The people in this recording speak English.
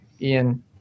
Ian